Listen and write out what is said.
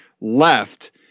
left